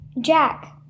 Jack